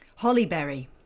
Hollyberry